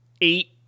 eight